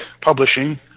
Publishing